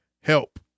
Help